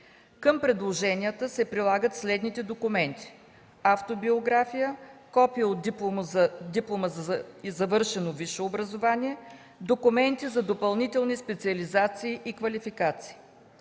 Към предложенията се прилагат следните документи: - автобиография; - копие от Диплома за завършено висше образование; - документи за допълнителни специализации и квалификации.